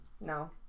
No